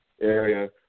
area